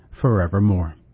forevermore